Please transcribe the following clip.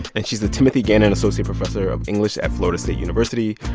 and she's the timothy gannon associate professor of english at florida state university.